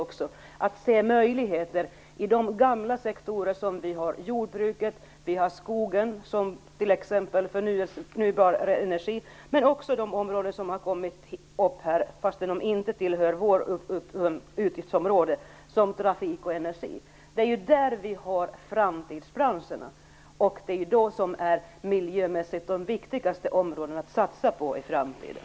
Det gäller att se möjligheter i de gamla sektorer som vi har, t.ex. jordbruket, skogen genom förnybar energi och även inom de områden som tagits upp och som inte tillhör vårt utgiftsområde, nämligen trafik och energi. Det är ju där vi har framtidsbranscherna och de miljömässigt viktigaste områdena att satsa på i framtiden.